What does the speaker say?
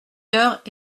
heures